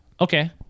okay